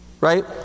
Right